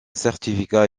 certificat